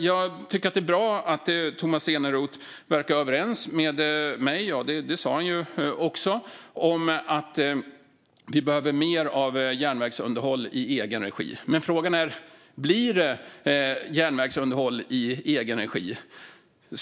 Jag tycker att det är bra att Tomas Eneroth verkar vara överens med mig - det sa han ju också - om att vi behöver mer av järnvägsunderhåll i egen regi. Men frågan är: Blir det järnvägsunderhåll i egen regi?